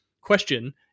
question